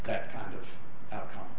that kind of outcome